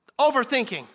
overthinking